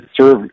serve